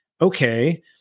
okay